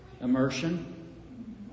Immersion